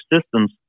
systems